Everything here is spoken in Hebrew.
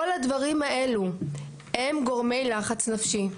כל הדברים האלו הם גורמי לחץ נפשי.